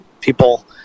people